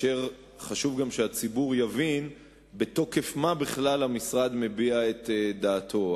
חשוב שגם הציבור יבין בתוקף מה בכלל המשרד מביע את דעתו.